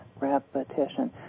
repetition